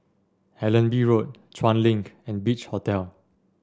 Allenby Road Chuan Link and Beach Hotel